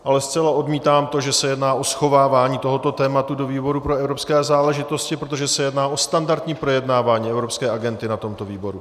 Ale zcela odmítám to, že se jedná o schovávání tohoto tématu do výboru pro evropské záležitosti, protože se jedná o standardní projednávání evropské agendy na tomto výboru.